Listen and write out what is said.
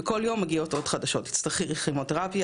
בכל יום מגיעות עוד חדשות: ״תצטרכי כימותרפיה,